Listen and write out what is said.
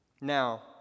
Now